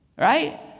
Right